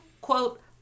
quote